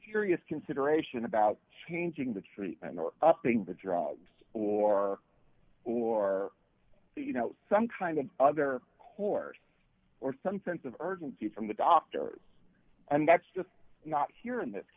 serious consideration about changing the treatment or upping the drugs or or you know some kind of other corps or some sense of urgency from the doctors and that's just not here in this